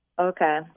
Okay